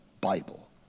Bible